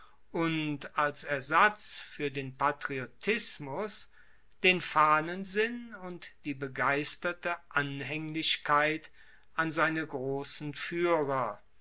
und als ersatz fuer den patriotismus den fahnensinn und die begeisterte anhaenglichkeit an seine grossen fuehrer